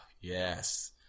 yes